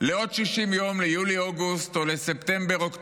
לעוד 60 יום ליולי-אוגוסט או לספטמבר-אוקטובר,